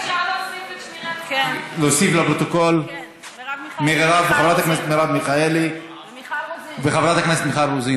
להוסיף לפרוטוקול את חברת הכנסת מרב מיכאלי ואת חברת הכנסת מיכל רוזין.